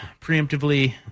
preemptively